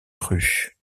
rue